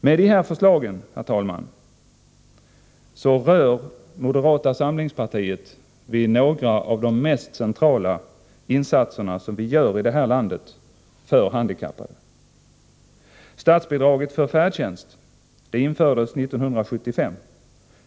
Med dessa förslag, herr talman, rör moderata samlingspartiet vid några av de mest centrala insatser som vi gör i det här landet för handikappade. Statsbidraget för färdtjänst infördes 1975.